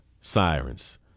sirens